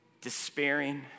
despairing